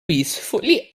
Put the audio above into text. peacefully